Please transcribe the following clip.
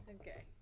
Okay